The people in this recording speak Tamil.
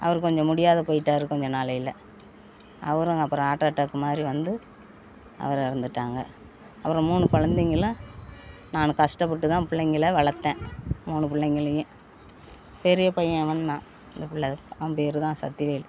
அவர் கொஞ்சம் முடியாத போய்ட்டாரு கொஞ்ச நாளையில் அவரும் அப்புறம் ஹார்ட் அட்டாக் மாதிரி வந்து அவர் இறந்துட்டாங்க அப்புறம் மூணு குலந்தைங்களும் நான் கஸ்டப்பட்டுதான் பிள்ளைங்களை வளர்த்தேன் மூணு பிள்ளைங்களையுமே பெரிய பையன் இவன்தான் இந்த பிள்ள அவன் பேர்தான் சக்திவேல்